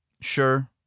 Sure